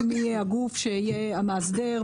נראה מי יהיה הגוף שיהיה המאסדר,